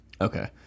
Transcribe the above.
okay